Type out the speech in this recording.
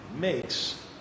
makes